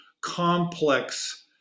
complex